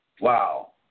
wow